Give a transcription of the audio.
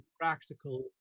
practical